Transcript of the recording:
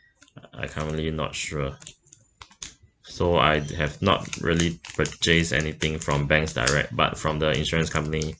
I currently not sure so I'd have not really purchase anything from banks direct but from the insurance company